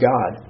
God